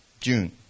June